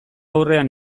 aurrean